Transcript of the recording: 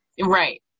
Right